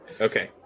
okay